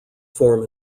form